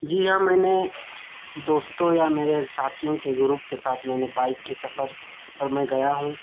جی ہاں میں نے دوستوں یا میرے ساتھیوں کے گروپ کے ساتھ میں نے بائک کے سفر پر میں گیا ہوں